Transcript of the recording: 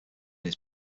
his